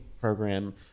program